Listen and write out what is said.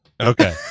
Okay